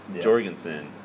Jorgensen